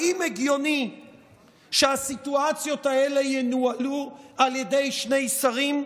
האם הגיוני שהסיטואציות האלה ינוהלו על ידי שני שרים?